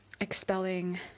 expelling